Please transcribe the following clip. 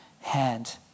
hand